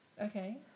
Okay